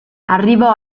arrivò